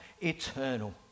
eternal